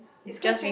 it's quite strange